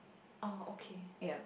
oh okay